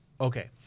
Okay